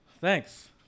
Thanks